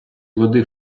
води